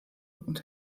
und